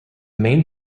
main